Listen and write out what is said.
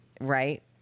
Right